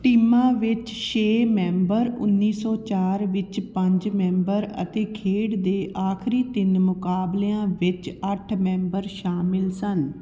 ਟੀਮਾਂ ਵਿੱਚ ਛੇ ਮੈਂਬਰ ਉੱਨੀ ਸੌ ਚਾਰ ਵਿੱਚ ਪੰਜ ਮੈਂਬਰ ਅਤੇ ਖੇਡ ਦੇ ਆਖਰੀ ਤਿੰਨ ਮੁਕਾਬਲਿਆਂ ਵਿੱਚ ਅੱਠ ਮੈਂਬਰ ਸ਼ਾਮਿਲ ਸਨ